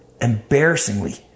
embarrassingly